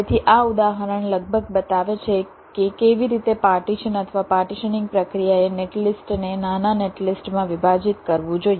તેથી આ ઉદાહરણ લગભગ બતાવે છે કે કેવી રીતે પાર્ટીશન અથવા પાર્ટીશનીંગ પ્રક્રિયાએ નેટલિસ્ટને નાના નેટલિસ્ટમાં વિભાજિત કરવું જોઈએ